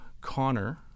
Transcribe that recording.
Connor